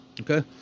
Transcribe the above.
okay